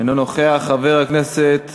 אינו נוכח, חבר הכנסת